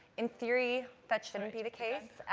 in theory, that shouldn't be the case.